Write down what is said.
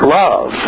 love